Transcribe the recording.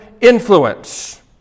influence